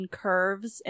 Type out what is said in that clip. curves